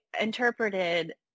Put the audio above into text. interpreted